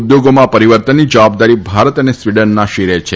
ઉદ્યોગોમાં પરિવર્તનની જવાબદારી ભારત અને સ્વીડનના શીરે છે